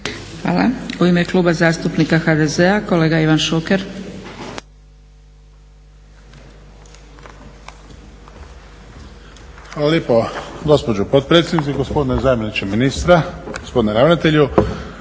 Hvala. U ime Kluba zastupnika HDZ-a kolega Ivan Šuker. **Šuker, Ivan (HDZ)** Hvala lijepo gospođo potpredsjednice. Gospodine zamjeniče ministra, gospodine ravnatelju,